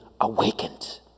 awakened